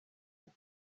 end